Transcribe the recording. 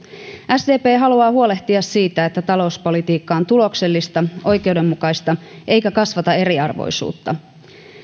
sdp haluaa huolehtia siitä että talouspolitiikka on tuloksellista oikeudenmukaista eikä kasvata eriarvoisuutta